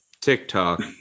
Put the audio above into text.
TikTok